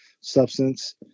substance